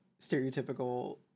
stereotypical